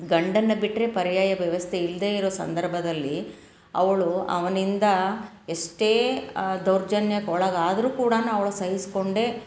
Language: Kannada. ಗಂಡನನ್ನ ಬಿಟ್ಟರೆ ಪರ್ಯಾಯ ವ್ಯವಸ್ಥೆ ಇಲ್ಲದೇ ಇರೋ ಸಂದರ್ಭದಲ್ಲಿ ಅವಳು ಅವನಿಂದ ಎಷ್ಟೇ ದೌರ್ಜನ್ಯಕ್ಕೆ ಒಳಗಾದ್ರೂ ಕೂಡಾ ಅವಳು ಸಹಿಸಿಕೊಂಡೇ